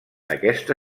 aquesta